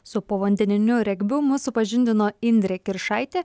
su povandeniniu regbiu mus supažindino indrė kiršaitė